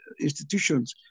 institutions